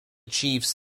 chiefs